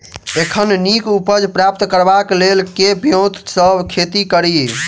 एखन नीक उपज प्राप्त करबाक लेल केँ ब्योंत सऽ खेती कड़ी?